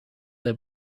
they